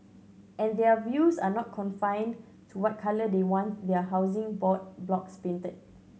and their views are not confined to what colour they want their Housing Board blocks painted